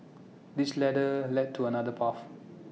this ladder led to another path